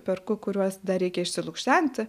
perku kuriuos dar reikia išsilukštenti